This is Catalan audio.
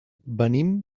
venim